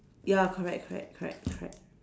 ya correct correct correct correct